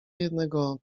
jednego